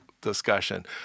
discussion